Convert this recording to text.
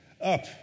Up